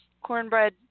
cornbread